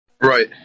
Right